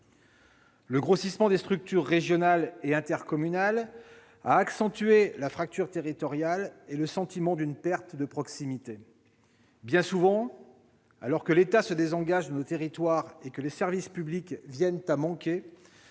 Le grossissement des structures régionales et intercommunales a accentué la fracture territoriale et le sentiment d'une perte de proximité. Bien souvent, alors que l'État se désengage de nos territoires et que les services publics viennent à manquer,